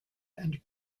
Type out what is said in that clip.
and